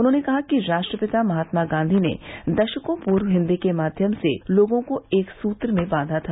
उन्होंने कहा कि राष्ट्रपिता महात्मा गांधी ने दशकों पूर्व हिन्दी के माध्यम से लोगों को एक सूत्र में बांधा था